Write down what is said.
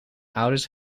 ouders